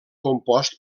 compost